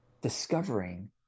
discovering